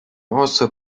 also